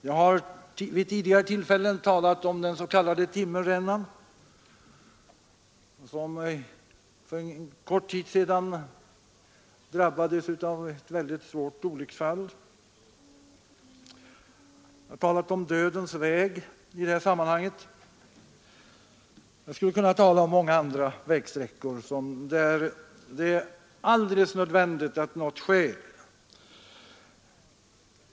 Jag har vid tidigare tillfällen talat om den s.k. timmerrännan, som för en kort tid sedan drabbades av ett väldigt svårt olycksfall. Jag har talat om ”dödens väg” i det här sammanhanget. Jag skulle kunna tala om många andra vägsträckor där det är alldeles nödvändigt att något sker.